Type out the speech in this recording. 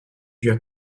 juin